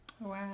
Wow